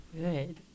Good